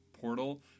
portal